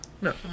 No